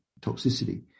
toxicity